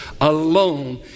alone